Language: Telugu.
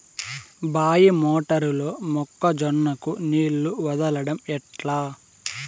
బాయి మోటారు లో మొక్క జొన్నకు నీళ్లు వదలడం ఎట్లా?